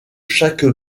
chaque